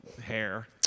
hair